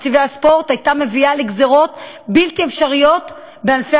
בתקציבי הספורט הייתה מביאה לגזירות בלתי אפשריות בענפי